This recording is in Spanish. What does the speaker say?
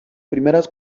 primeras